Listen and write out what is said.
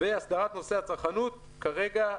הסדרת נושא הצרכנות כרגע,